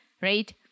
right